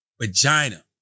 vagina